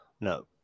No